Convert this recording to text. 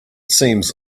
seems